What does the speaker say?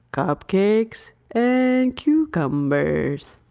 cupcakes, and cucumbers.